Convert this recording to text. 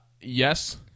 yes